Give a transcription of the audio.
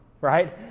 right